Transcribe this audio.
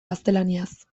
gaztelaniaz